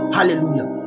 Hallelujah